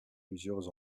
plusieurs